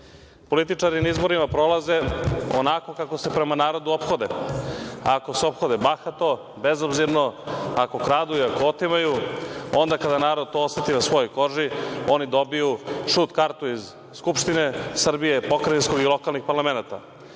ostalih. Političari na izborima prolaze onako kako se prema narodu ophode. Ako se ophode bahato, bezobzirno, ako kradu i ako otimaju onda kada narod to oseti na svojoj koži, oni dobiju šut kartu iz Skupštine Srbije, pokrajinskog i lokalnih parlamenata.